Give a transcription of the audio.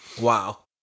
Wow